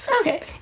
Okay